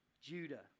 Judah